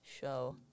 show